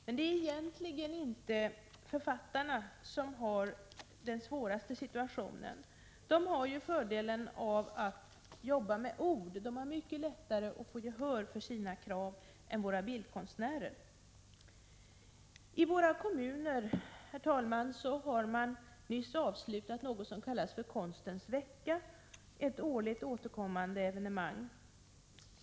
Men det är egentligen inte författarna som har den svåraste situationen. De har ju den fördelen att de jobbar med ord. De har alltså mycket lättare att få gehör för sina krav än vad våra bildkonstnärer har. Ute i kommunerna har man nyligen avslutat något som kallas Konstens vecka, som är ett årligen återkommande evenemang.